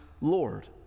Lord